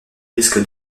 risque